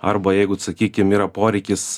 arba jeigu sakykim yra poreikis